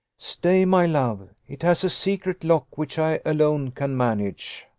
stay, my love it has a secret lock, which i alone can manage.